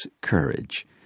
courage